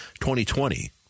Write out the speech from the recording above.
2020